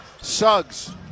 Suggs